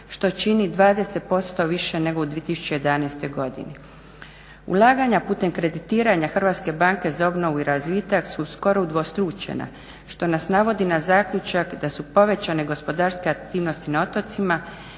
što čini 20% više nego u 2011. godini. Ulaganja putem kreditiranja Hrvatske banke za obnovu i razvitak su skoro udvostručena što nas navodi na zaključak da su povećane gospodarske aktivnosti na otocima.